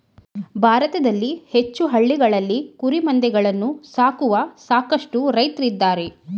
ಭಾರತದಲ್ಲಿ ಹೆಚ್ಚು ಹಳ್ಳಿಗಳಲ್ಲಿ ಕುರಿಮಂದೆಗಳನ್ನು ಸಾಕುವ ಸಾಕಷ್ಟು ರೈತ್ರಿದ್ದಾರೆ